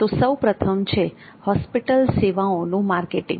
તો સૌપ્રથમ છે હોસ્પિટલ સેવાઓનું માર્કેટિંગ